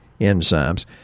enzymes